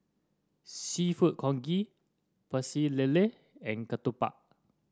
seafood congee Pecel Lele and ketupat